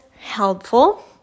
helpful